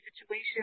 situation